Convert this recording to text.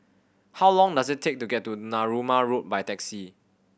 how long does it take to get to Narooma Road by taxi